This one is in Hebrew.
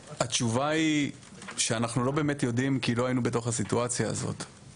התשובה היא שאנחנו לא באמת יודעים כי לא היינו בתוך הסיטואציה הזאת.